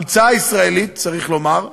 המצאה ישראלית, צריך לומר,